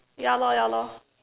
ya lor ya lor